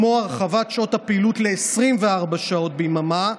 כמו הרחבת שעות הפעילות ל-24 שעות ביממה,